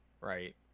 right